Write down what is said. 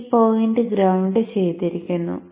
ഈ point ground ചെയ്തിരിക്കുന്നു